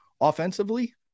Offensively